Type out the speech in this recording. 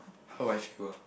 how I feel ah